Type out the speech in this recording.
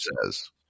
says